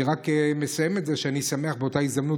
אני רק מסיים בזה שאני שמח באותה הזדמנות